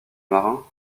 marin